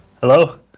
Hello